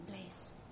place